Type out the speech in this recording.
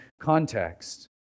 context